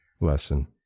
lesson